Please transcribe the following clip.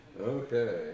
Okay